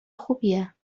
خوبیه